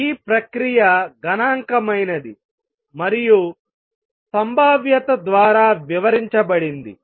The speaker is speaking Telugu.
ఈ ప్రక్రియ గణాంకమైనది మరియు సంభావ్యత ద్వారా వివరించబడింది